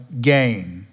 gain